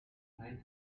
find